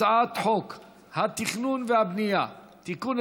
הצעת חוק התכנון והבנייה (תיקון,